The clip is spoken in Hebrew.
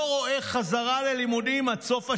לא רואה חזרה ללימודים עד סוף השנה.